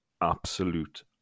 absolute